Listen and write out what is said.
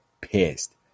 pissed